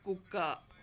కుక్క